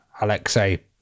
Alexei